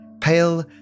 pale